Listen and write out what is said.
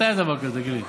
מתי היה דבר כזה, תגיד לי?